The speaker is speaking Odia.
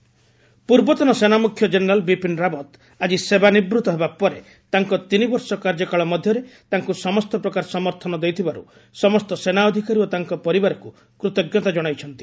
ଜେନେରାଲ ରାଓୃତ ପୂର୍ବତନ ସେନା ମୁଖ୍ୟ ଜେନେରାଲ୍ ବିପିନ ରାଓ୍ୱତ ଆଜି ସେବା ନିବୃତ୍ତ ହେବା ପରେ ତାଙ୍କ ତିନି ବର୍ଷ କାର୍ଯ୍ୟକାଳ ମଧ୍ୟରେ ତାଙ୍କୁ ସମସ୍ତ ପ୍ରକାର ସମର୍ଥନ ଦେଇଥିବାରୁ ସମସ୍ତ ସେନା ଅଧିକାରୀ ଓ ତାଙ୍କ ପରିବାରକୁ କୃତଜ୍ଞତା ଜଣାଇଛନ୍ତି